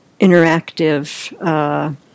interactive